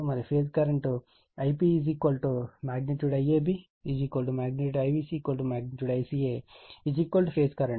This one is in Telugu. మరియు phase current IpIABIBCICA phase current